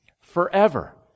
forever